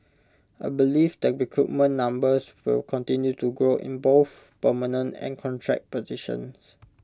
I believe the recruitment numbers will continue to grow in both permanent and contract positions